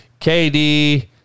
KD